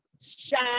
shine